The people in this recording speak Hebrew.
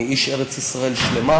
אני איש ארץ-ישראל השלמה,